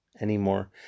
anymore